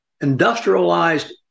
industrialized